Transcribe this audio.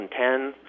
2010